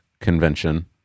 convention